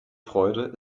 freude